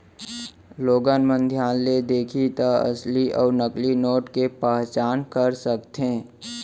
लोगन मन धियान ले देखही त असली अउ नकली नोट के पहचान कर सकथे